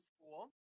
school